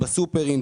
בסופרים,